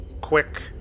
quick